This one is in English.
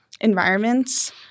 environments